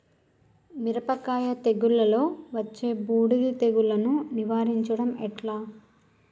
మిరపకాయ తెగుళ్లలో వచ్చే బూడిది తెగుళ్లను నివారించడం ఎట్లా?